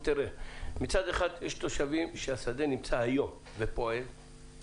מצד אחד יש תושבים שהשדה נמצא היום ופועל והם